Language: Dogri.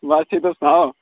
बस तुस सुनाओ